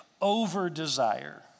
over-desire